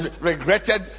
regretted